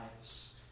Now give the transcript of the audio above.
lives